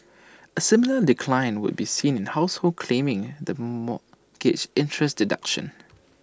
A similar decline would be seen in households claiming the mortgage interest deduction